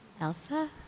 Elsa